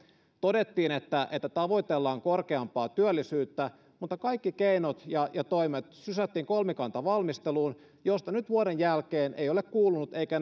todettiin että että tavoitellaan korkeampaa työllisyyttä mutta kaikki keinot ja ja toimet sysättiin kolmikantavalmisteluun josta nyt vuoden jälkeen ei ole kuulunut eikä